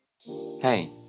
Hey